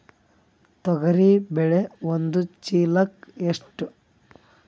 ತೊಗರಿ ಬೇಳೆ ಒಂದು ಚೀಲಕ ಎಷ್ಟು?